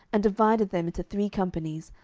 and divided them into three companies,